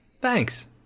thanks